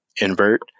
invert